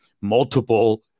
multiple –